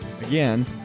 Again